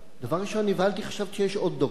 דבר ראשון נבהלתי, חשבתי שיש עוד דוקטור.